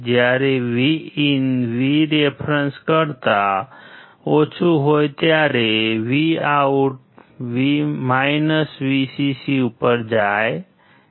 જ્યારે VIN Vref કરતા ઓછું હોય ત્યારે VOUT VCC ઉપર જાય છે